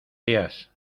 días